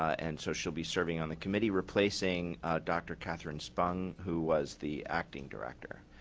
and so she'll be serving on the committee replacing dr. catherine spun who was the acting director.